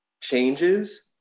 changes